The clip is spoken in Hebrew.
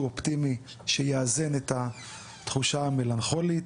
אופטימי שיאזן את התחושה המלנכולית.